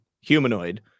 humanoid